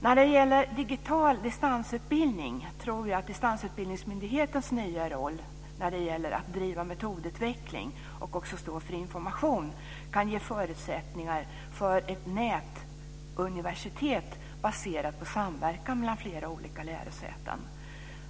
När det gäller digital distansutbildning tror jag att Distansutbildningsmyndighetens nya roll när det gäller att driva metodutveckling och också stå för information kan ge förutsättningar för ett nätuniversitet baserat på samverkan mellan flera olika lärosäten.